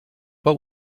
but